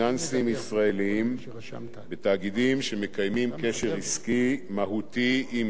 ישראליים בתאגידים שמקיימים קשר עסקי מהותי עם אירן.